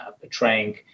portraying